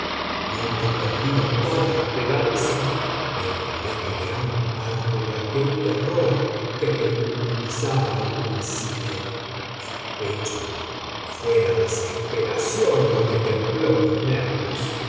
habiendo perdido toda esperanza me libré de gran parte de aquel terror que me inutilizaba al principio sospecho que fué la desesperación lo que templó mis nervios